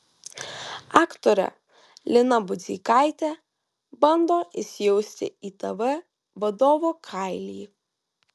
aktorė lina budzeikaitė bando įsijausti į tv vadovo kailį